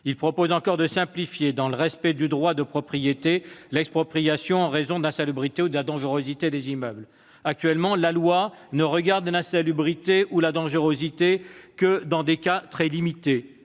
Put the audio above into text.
Il propose encore de simplifier, dans le respect du droit de propriété, l'expropriation en raison de l'insalubrité ou de la dangerosité des immeubles. Actuellement, la loi n'envisage l'insalubrité ou la dangerosité comme une cause